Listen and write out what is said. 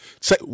Say